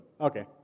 Okay